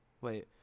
Wait